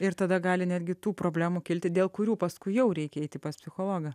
ir tada gali netgi tų problemų kilti dėl kurių paskui jau reikia eiti pas psichologą